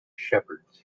shepherds